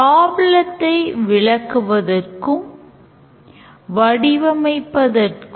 இந்த வரைபடத்தை எவ்வாறு வரையலாம்